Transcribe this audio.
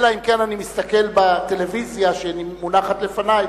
אלא אם כן אני מסתכל בטלוויזיה שמונחת לפני,